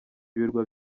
ibirwa